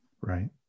Right